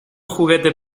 juguete